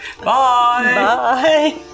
Bye